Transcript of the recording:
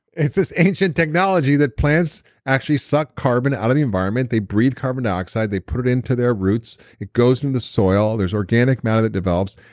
it's this ancient technology that plants actually suck carbon out of the environment. they breath carbon dioxide. they put it into their roots. it goes into the soil. there's organic matter that develops.